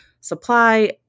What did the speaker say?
supply